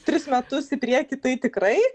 tris metus į priekį tai tikrai